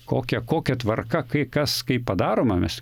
kokia kokia tvarka kai kas kaip padaroma mes